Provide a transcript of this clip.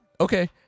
okay